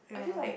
yeah